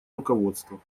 руководства